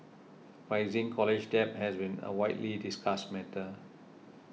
rising college debt has been a widely discussed matter